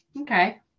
Okay